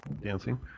Dancing